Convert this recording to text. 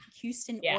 houston